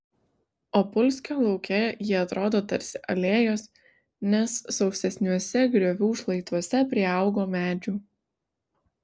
opulskio lauke jie atrodo tarsi alėjos nes sausesniuose griovių šlaituose priaugo medžių